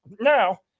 Now